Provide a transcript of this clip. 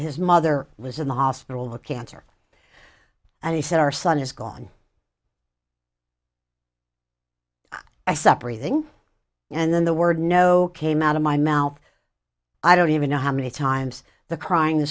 his mother was in the hospital with cancer and he said our son is gone i separating and then the word no came out of my mouth i don't even know how many times the crying the